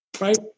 right